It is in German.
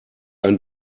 ein